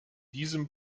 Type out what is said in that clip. diesem